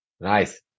Nice